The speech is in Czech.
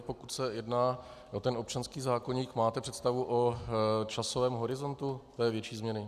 Pokud se jedná o ten občanský zákoník, máte představu o časovém horizontu té větší změny?